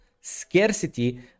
scarcity